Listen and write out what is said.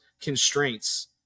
constraints